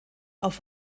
auf